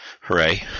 hooray